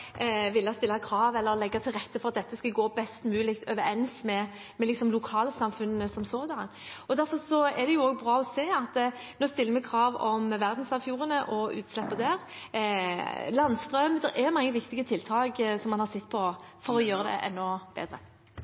stille krav eller legge til rette for at dette skal gå best mulig overens med lokalsamfunnene som sådan. Derfor er det bra å se at vi nå stiller krav om verdensarvfjordene og utslipp der, landstrøm – man har sett på mange viktige tiltak for å gjøre det enda bedre. Jeg takker for svaret, men jeg registrerer at det